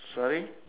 sorry